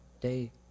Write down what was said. day